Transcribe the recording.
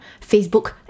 Facebook